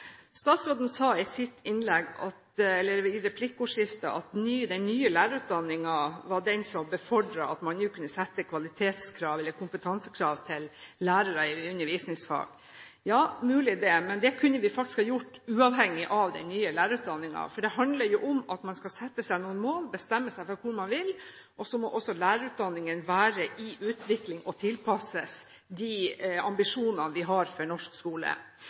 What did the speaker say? Statsråden sa i replikkordskiftet at den nye lærerutdanningen var det som befordret at man nå kunne sette kvalitetskrav eller kompetansekrav til lærere i undervisningsfag. Ja, det er mulig det, men det kunne vi faktisk ha gjort uavhengig av den nye lærerutdanningen, for det handler om at man skal sette seg noen mål, bestemme seg for hvor man vil, og da må også lærerutdanningen være i utvikling og tilpasses de ambisjonene vi har for norsk skole.